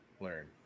learn